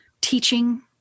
teaching